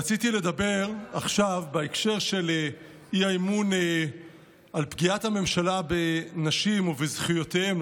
רציתי לדבר עכשיו בהקשר של האי-אמון על פגיעת הממשלה בנשים ובזכויותיהן,